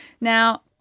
Now